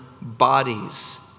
bodies